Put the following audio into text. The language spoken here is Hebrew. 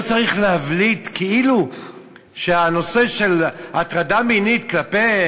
לא צריך להבליט כאילו שהנושא של הטרדה מינית כלפי